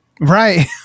Right